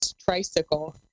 tricycle